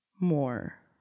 more